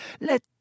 Let